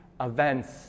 events